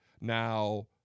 Now